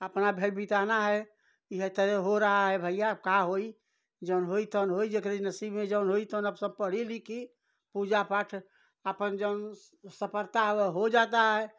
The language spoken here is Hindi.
अपना भर बिताना है इसी तरह हो रहा है भैया क्या होगा जो होगा सो होगा जिसके नसीब में जो होगा सो अब सब पढ़ी लिखी पूजा पाठ अपने से जो सपरता वह हो जाता है